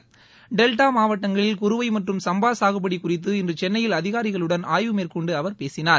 அத்துறைக்கான அமைச்சர் டெல்டா மாவட்டங்களில் குறுவை மற்றும் சும்பா சாகுபடி குறித்து இன்று சென்னையில் அதிகாரிகளுடன் ஆய்வு மேற்கொண்டு அவர் பேசினார்